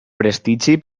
prestigi